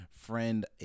friend